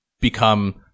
become